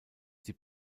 die